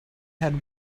had